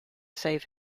save